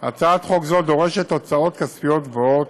הצעת חוק זו דורשת הוצאות כספיות גבוהות,